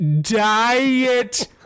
Diet